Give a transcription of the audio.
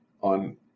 on